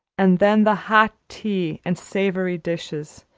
and then the hot tea and savory dishes,